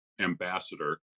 Ambassador